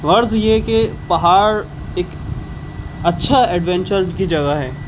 غرض یہ کہ پہاڑ ایک اچھا ایڈوینچر کی جگہ ہے